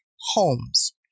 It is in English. Holmes